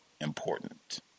important